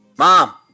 mom